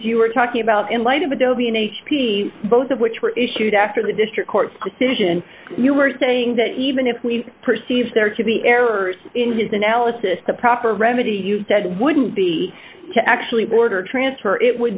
is you were talking about in light of adobe in h p both of which were issued after the district court decision you were saying that even if we perceive there to be errors in his analysis the proper remedy you said wouldn't be to actually border transfer it